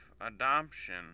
adoption